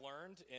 learned